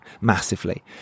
massively